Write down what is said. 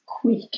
quick